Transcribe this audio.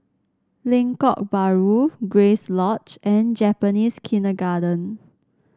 Lengkok Bahru Grace Lodge and Japanese Kindergarten